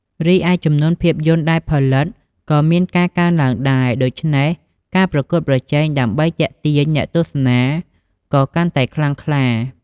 រីឯ ចំនួនភាពយន្តដែលផលិតក៏មានការកើនឡើងដែរ ដូច្នេះការប្រកួតប្រជែងដើម្បីទាក់ទាញអ្នកទស្សនាក៏កាន់តែខ្លាំងក្លា។